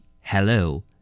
Hello